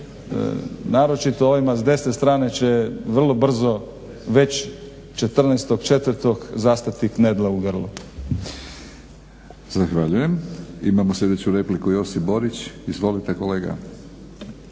naročito ovima s desne strane će vrlo brzo već 14.4. zastati knedla u grlu. **Batinić, Milorad (HNS)** Zahvaljujem. Imamo sljedeću repliku Josip Borić. Izvolite kolega.